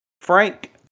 Frank